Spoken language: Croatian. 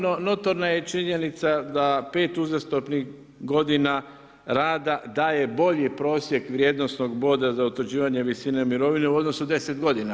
Notorna je činjenica da pet uzastopnih godina rada daje bolji prosjek vrijednosnog boda za utvrđivanje visine mirovine u odnosu deset godina.